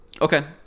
Okay